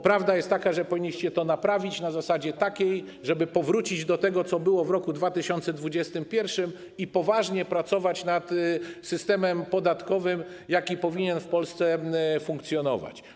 Prawda jest taka, że powinniście to naprawić na takiej zasadzie, żeby powrócić do tego, co było w roku 2021, i poważnie pracować nad systemem podatkowym, jaki powinien w Polsce funkcjonować.